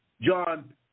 John